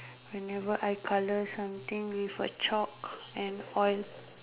whenever I colour something with a chalk and all